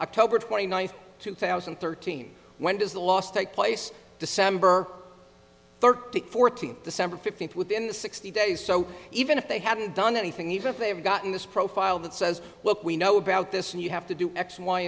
october twenty ninth two thousand and thirteen when does the last take place december thirtieth fourteenth december fifteenth within the sixty days so even if they hadn't done anything even if they have gotten this profile that says look we know about this and you have to do x y